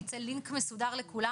ייצא לינק מסודר לכולם